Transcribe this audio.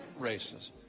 racism